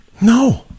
No